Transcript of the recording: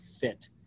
fit